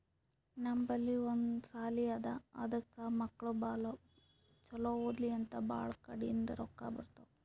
ನಮ್ ಬಲ್ಲಿ ಒಂದ್ ಸಾಲಿ ಅದಾ ಅದಕ್ ಮಕ್ಕುಳ್ ಛಲೋ ಓದ್ಲಿ ಅಂತ್ ಭಾಳ ಕಡಿಂದ್ ರೊಕ್ಕಾ ಬರ್ತಾವ್